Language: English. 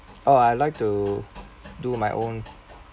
uh I like to do my own